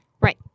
Right